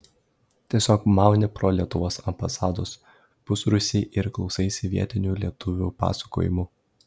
tiesiog mauni pro lietuvos ambasados pusrūsį ir klausaisi vietinių lietuvių pasakojimų